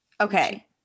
okay